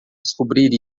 descobrir